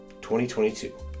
2022